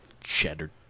Cheddar